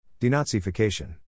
Denazification